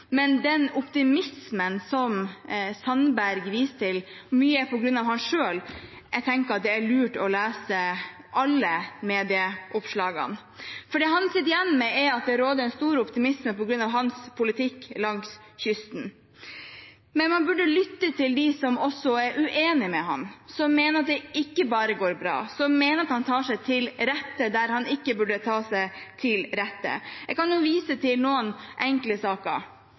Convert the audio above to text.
Men med hensyn til den optimismen som statsråd Sandberg viste til – og mye er på grunn av ham selv – tenker jeg det er lurt å lese alle medieoppslagene. For det han sitter igjen med, er at det råder en stor optimisme på grunn av hans politikk langs kysten. Men han burde lytte til dem som også er uenig med ham, som mener at det ikke bare går bra, som mener at han tar seg til rette der han ikke burde ta seg til rette. Jeg kan vise til noen enkle saker,